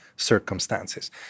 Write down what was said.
circumstances